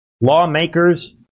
lawmakers